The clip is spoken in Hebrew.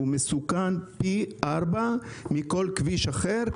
מסוכן פי 4 מכל כביש אחר,